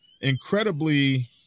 incredibly